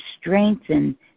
strengthen